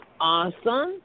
Awesome